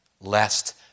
lest